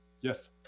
yes